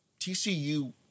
TCU